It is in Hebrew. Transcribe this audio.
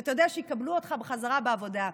כשאתה יודע שיקבלו אותך בחזרה בעבודה.